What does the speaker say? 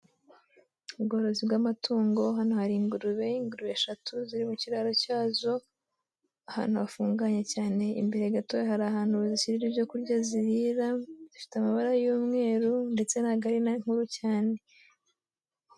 Ubworozi bw'amatungo, hano hari ingurube, ingurube eshatu ziri mu kiraro cyazo ahantu hafunganye cyane, imbere gato hari ahantu bazishyirira ibyo kurya zirira, zifite amabara y'umweru ndetse ntabwo ari na nkuru cyane.